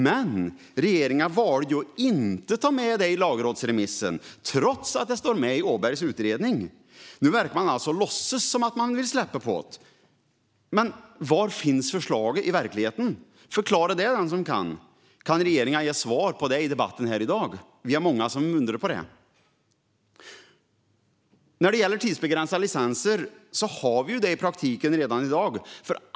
Men regeringen valde ju att inte ta med det i lagrådsremissen trots att det står med i Åbergs utredning. Nu verkar man låtsas som att man vill släppa licenskravet. Men var finns förslaget i verkligheten? Förklara det den som kan. Kan regeringen ge ett svar på det i debatten här i dag? Vi är många som undrar över det. När det gäller tidsbegränsade licenser har vi dem i praktiken redan i dag.